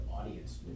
audience